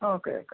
okay okay